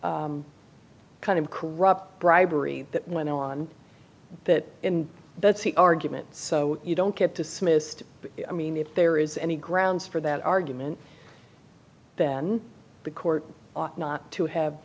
kind of corrupt bribery that went on that that's the argument so you don't get dismissed i mean if there is any grounds for that argument then the court ought not to have